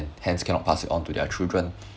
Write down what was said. hence cannot pass it on to their children